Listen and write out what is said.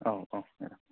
औ औ मेडाम